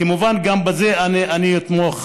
כמובן, גם בזה אני אתמוך,